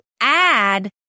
add